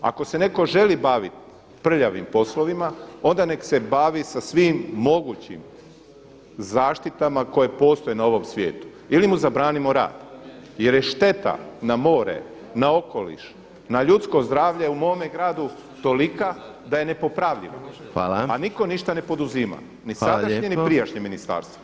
Ako se netko želi baviti prljavim poslovima onda nek se bavi sa svim mogućim zaštitama koje postoje na ovome svijetu ili mu zabranimo rad jer je šteta na more, na okoliš, na ljudsko zdravlje u mome gradu tolika da je nepopravljivo, a niko ništa ne poduzima ni sadašnje ni prijašnje ministarstvo.